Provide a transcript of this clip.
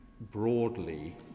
broadly